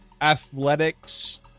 Athletics